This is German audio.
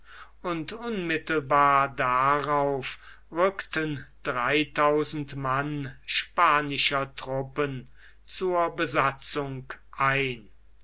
und unmittelbar darauf rückten dreitausend mann spanischer truppen zur besatzung ein